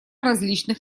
различных